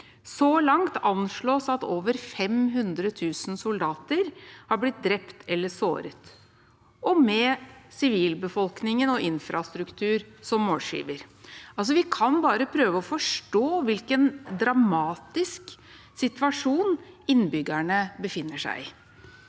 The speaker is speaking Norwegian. Så langt anslås at over 500 000 soldater har blitt drept eller såret, og sivilbefolkningen og infrastruktur er målskiver. Vi kan bare prøve å forstå hvilken dramatisk situasjon innbyggerne befinner seg i.